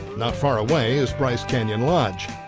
not far away is bryce canyon lodge.